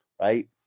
right